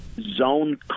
zone